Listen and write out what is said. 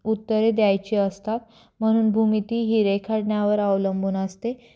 उत्तरे द्यायचे असतात म्हनून भूमितीही रेखाटण्यावर अवलंबून असते